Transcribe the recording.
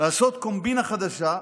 לעשות קומבינה חדשה,